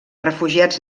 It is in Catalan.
refugiats